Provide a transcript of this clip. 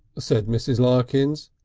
said mrs. larkins,